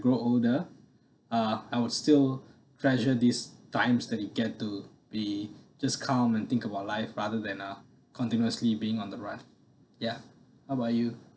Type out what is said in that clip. grow older uh I would still treasure these times that you get to be just calm and think about life rather than uh continuously being on the run ya how about you